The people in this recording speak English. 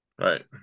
right